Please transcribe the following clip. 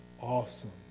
awesome